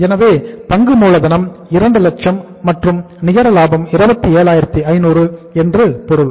எனவே பங்கு மூலதனம் 2 லட்சம் மற்றும் நிகர லாபம் 27500 என்று பொருள்